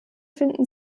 finden